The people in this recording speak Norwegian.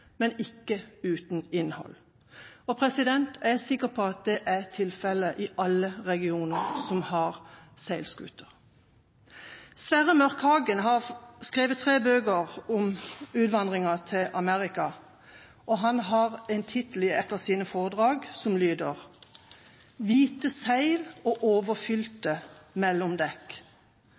men ikke uten innhold. Jeg er sikker på at det er tilfellet i alle regioner som har seilskuter. Sverre Mørkhagen har skrevet flere bøker om utvandringa til Amerika, og han har som tittel på et av sine foredrag: «Hvite seil, overfylte mellomdekk». Store deler av Norges befolkning flyktet fra sult og